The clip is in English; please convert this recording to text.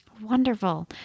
Wonderful